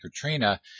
Katrina